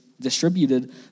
distributed